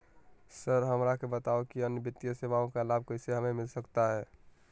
Sir हमरा के बताओ कि अन्य वित्तीय सेवाओं का लाभ कैसे हमें मिलता सकता है?